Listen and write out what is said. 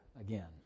again